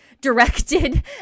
directed